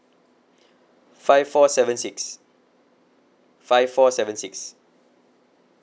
five four seven six five four seven six